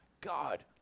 God